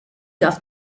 darf